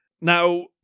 Now